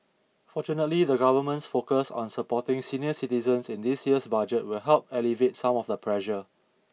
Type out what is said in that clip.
fortunately the government's focus on supporting senior citizens in this year's budget will help alleviate some of the pressure